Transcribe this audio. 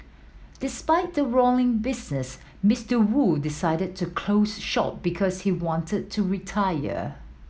despite the roaring business Mister Wu decided to close shop because he wanted to retire